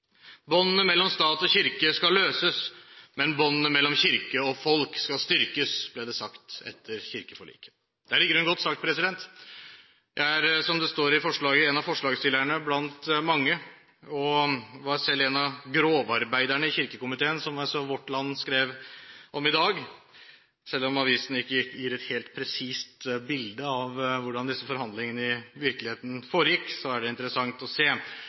Båndene mellom stat og kirke skal løses, men båndene mellom kirke og folk skal styrkes, ble det sagt etter kirkeforliket. Det er i grunnen godt sagt. Jeg er, som det står i forslaget, en av forslagsstillerne blant mange og var selv en av grovarbeiderne i kirkekomiteen, som Vårt Land skrev om i dag. Selv om avisen ikke gir et helt presist bilde av hvordan disse forhandlingene i virkeligheten foregikk, er det interessant å se.